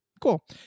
cool